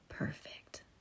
Perfect